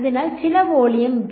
അതിനാൽ ചില volume V